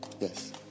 Yes